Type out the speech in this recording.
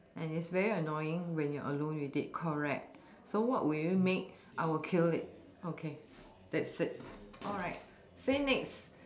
and it's very annoying when you're alone with it correct so what will you make I will kill it okay that's it alright say next